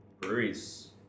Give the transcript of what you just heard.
breweries